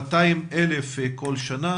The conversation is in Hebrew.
200,000 ילדים נפגעים כל שנה.